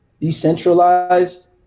decentralized